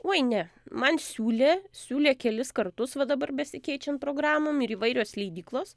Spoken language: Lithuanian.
oi ne man siūlė siūlė kelis kartus va dabar besikeičiant programom ir įvairios leidyklos